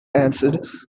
answered